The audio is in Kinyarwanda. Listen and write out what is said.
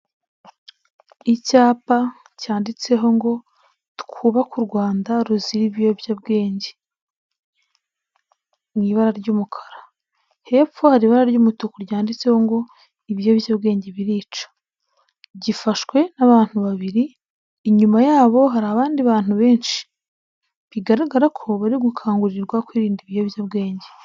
Icyapa cyanditseho ngo '' twubake urwanda ruzira ibiyobyabwenge'' mu ibara ry'umukara. Hepfo hari ibara ry'umutuku ryanditseho ngo ''ibiyobyabwenge birica'' gishwe n'abantu babiri, inyuma yabo hari abandi bantu benshi, bigaragara ko bari gukangurirwa kwirinda ibiyobyabwenge.